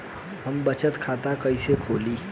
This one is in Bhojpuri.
हम बचत खाता कइसे खोलीं?